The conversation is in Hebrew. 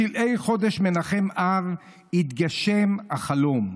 בשלהי חודש מנחם-אב התגשם החלום: